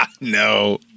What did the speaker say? No